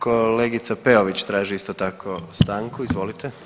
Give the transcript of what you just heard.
Kolegica Peović traži isto tako stanku, izvolite.